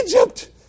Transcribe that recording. Egypt